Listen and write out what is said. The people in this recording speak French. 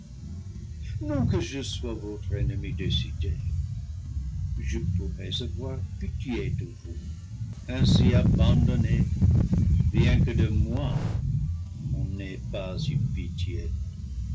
que je sois votre ennemi décidé je pourrais avoir pitié de vous ainsi abandonnés bien que de moi on n'ait pas eu pitié